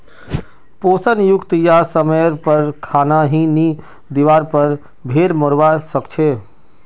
पोषण युक्त या समयर पर खाना नी दिवार पर भेड़ मोरवा सकछे